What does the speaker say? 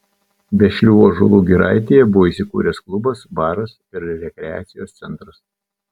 vešlių ąžuolų giraitėje buvo įsikūręs klubas baras ir rekreacijos centras